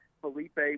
Felipe